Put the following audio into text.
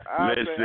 listen